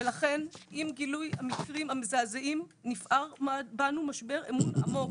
ולכן עם גילוי המקרים המזעזעים נפער בנו משבר אמון עמוק.